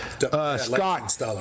Scott